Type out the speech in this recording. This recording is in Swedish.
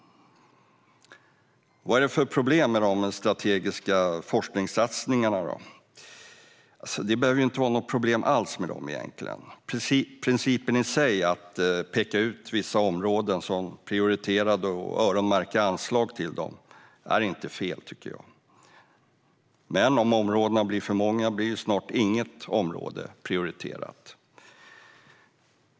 Vad är det för problem med de strategiska forskningssatsningarna? Det behöver egentligen inte vara något problem alls. Principen att peka ut vissa områden som prioriterade och öronmärka anslag till dem är inte fel. Men om områdena blir för många blir snart inget område prioriterat.